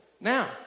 Now